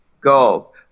go